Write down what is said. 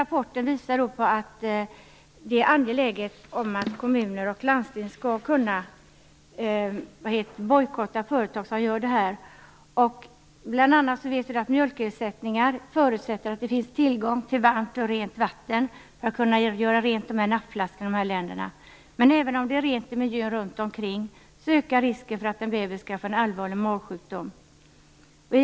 Rapporten visar att det är angeläget att kommuner och landsting skall kunna bojkotta företag som gör så här. Vi vet bl.a. att mjölkersättningar förutsätter att det finns tillgång till varmt och rent vatten för rengöring av nappflaskorna. Även om miljön runt omkring är ren, ökar risken för att en baby skall få en allvarlig magsjukdom vid användning av bröstmjölksersättning.